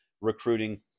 recruiting